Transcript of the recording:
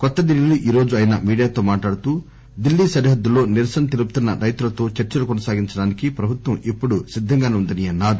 కొత్త ఢిల్లీ లో ఈరోజు ఆయన మీడియాతో మాట్లాడుతూ ఢిల్లీ సరిహద్దుల్లో నిరసన తెలుపుతున్న రైతులతో చర్చలు కొనసాగించడానికి ప్రభుత్వం ఎప్పుడు సిద్దంగానే ఉందని అన్నారు